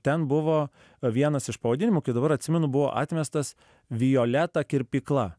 ten buvo vienas iš pavadinimų kaip dabar atsimenu buvo atmestas violeta kirpykla